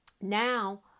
now